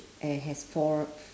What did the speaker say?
and has four